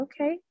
okay